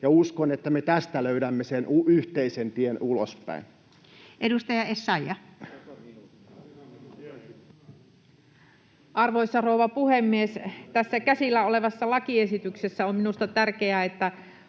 uskon, että me tästä löydämme sen yhteisen tien ulospäin. Edustaja Essayah. Arvoisa rouva puhemies! Tässä käsillä olevassa lakiesityksessä on minusta tärkeää, että